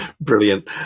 Brilliant